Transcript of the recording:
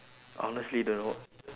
honestly don't know